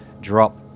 drop